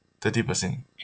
thirty percent